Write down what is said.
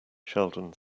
sheldon